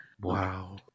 Wow